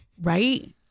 right